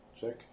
check